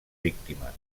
víctimes